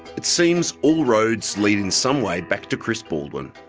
it seems all roads lead in some way back to chris baldwin.